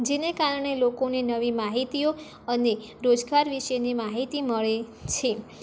જેના કારણે લોકોને નવી માહિતીઓ અને રોજગાર વિશેની માહિતી મળે છે